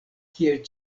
kiel